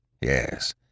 Yes